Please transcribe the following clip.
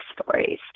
stories